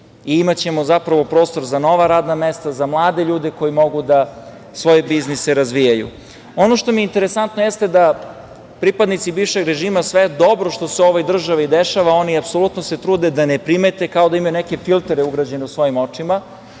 i imaćemo prostor za nova radna mesta, za mlade ljude koji mogu da svoje biznise razvijaju. Ono što mi je interesantno jeste da pripadnici bivšeg režima sve dobro što se u ovoj državi dešava se apsolutno trude da ne primete, kao da imaju neke filtere ugrađene u svojim očima